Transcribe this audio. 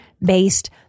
based